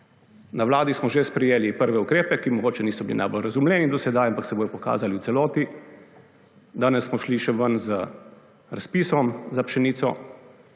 Na vladi smo že sprejeli prve ukrepe, ki mogoče niso bili najbolj razumljeni do sedaj, ampak se bodo pokazali v celoti. Danes smo šli še ven z razpisom za pšenico.